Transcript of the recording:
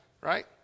right